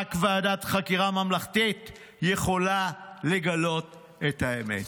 "רק ועדת חקירה ממלכתית יכולה לגלות את האמת".